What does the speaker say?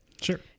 sure